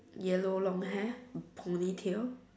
yellow long hair pony tail